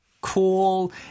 Cool